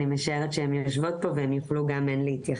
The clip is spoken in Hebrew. אני משערת שהן יושבות פה והן יוכלו גם להתייחס.